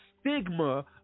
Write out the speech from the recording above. stigma